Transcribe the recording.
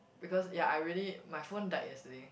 because ya I really my phone died yesterday